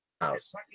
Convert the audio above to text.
house